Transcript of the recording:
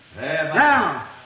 Now